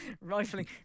Rifling